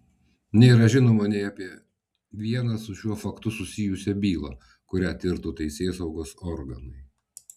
nėra žinoma nei apie vieną su šiuo faktu susijusią bylą kurią tirtų teisėsaugos organai